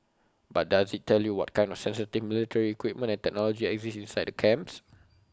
but does IT tell you what kind of sensitive military equipment and technology exist inside the camps